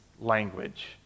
language